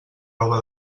roba